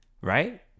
Right